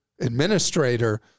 administrator